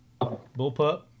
Bullpup